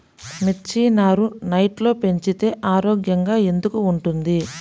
మిర్చి నారు నెట్లో పెంచితే ఆరోగ్యంగా ఎందుకు ఉంటుంది?